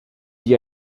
die